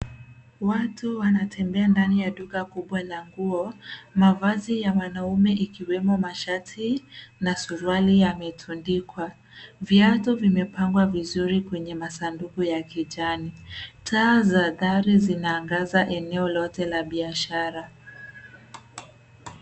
Watu wanatembea ndani ya duka kubwa la nguo. Mavazi ya wanaume ikiwemo mashati na suruali yametundikwa. Viatu vimepangwa vizuri kwenye masanduku ya kijani. Taa za dari zinaangaza eneo lote la biashara.